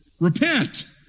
Repent